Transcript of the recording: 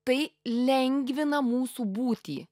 tai lengvina mūsų būtį